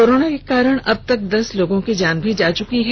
corona के कारण अब तक दस लोगों की जान जा चुकी है